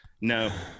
No